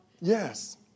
Yes